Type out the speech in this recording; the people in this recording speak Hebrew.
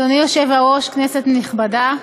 אדוני היושב-ראש, כנסת נכבדה,